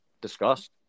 discussed